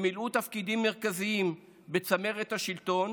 הם מילאו תפקידים מרכזיים בצמרת השלטון